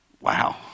wow